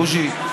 בוז'י,